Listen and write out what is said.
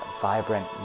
vibrant